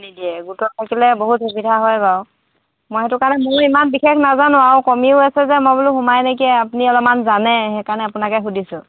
নিদিয়ে গোটত থাকিলে বহুত সুবিধা হয় বাৰু মই সেইটো কাৰণে মোৰো ইমান বিশেষ নাজানো আৰু কমিও আছে যে মই বোলো সোমাই নেকি আপুনি অলপমান জানে সেইকাৰণে আপোনাকে সুধিছোঁ